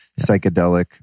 psychedelic